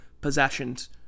possessions